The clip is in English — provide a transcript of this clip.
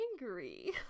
angry